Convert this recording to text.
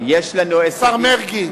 השר מרגי.